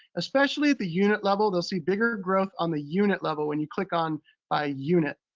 especially at the unit level, they'll see bigger growth on the unit level when you click on ah unit.